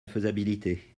faisabilité